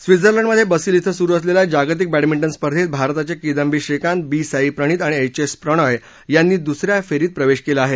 स्वित्झर्लंडमधे Basel कें सुरु असलेल्या जागतिक बॅडमिंटन स्पर्धेत भारताच्या किदंबी श्रीकांत बी साई प्रणित आणि एच एस प्रणोय यांनी दुस या फेरीत प्रवेश केला आहे